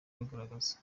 bagaragaza